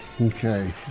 Okay